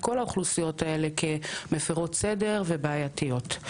כל האוכלוסיות האלה כמפירות סדר ובעייתיות.